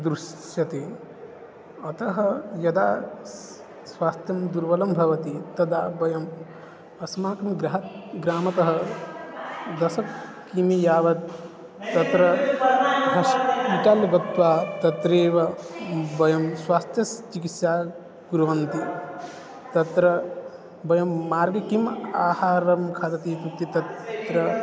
दृश्यते अतः यदा सः स्वास्थ्यं दुर्बलं भवति तदा वयम् अस्माकं गृहात् ग्रामतः दश किं यावत् तत्र हास्पिटल् गत्वा तत्रैव वयं स्वास्थ्यस्य चिकित्सां कुर्वन्ति तत्र वयं मार्गे किम् आहारं खादति इत्युक्ते तत्र